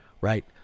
right